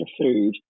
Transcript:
food